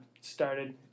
started